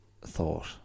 thought